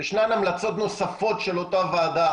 ישנן המלצות נוספות של אותה ועדה,